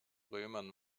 römern